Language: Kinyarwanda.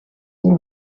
w’u